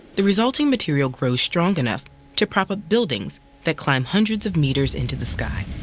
the resulting material grows strong enough to prop up buildings that climb hundreds of meters into the sky.